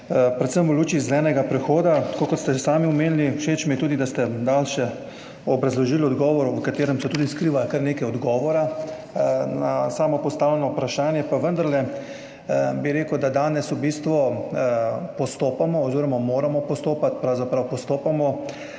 predvsem v luči zelenega prehoda, tako kot ste že sami omenili. Všeč mi je tudi, da ste dali še obrazložitev odgovora, v katerem se skriva tudi kar nekaj odgovora na samo postavljeno vprašanje. Pa vendarle bi rekel, da danes v bistvu postopamo oziroma moramo postopati pravzaprav [na